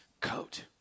coat